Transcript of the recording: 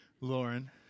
Lauren